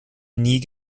nie